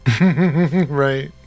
right